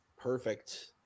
Perfect